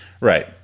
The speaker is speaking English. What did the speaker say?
Right